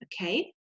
okay